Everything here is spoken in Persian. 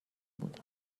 بوده